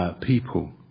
people